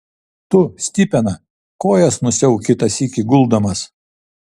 tu stipena kojas nusiauk kitą sykį guldamas